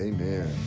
Amen